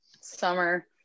summer